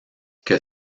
que